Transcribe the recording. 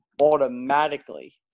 automatically